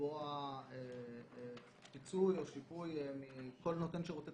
לתבוע פיצוי או שיפוי מכל נותן שירותי